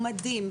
הוא מדהים,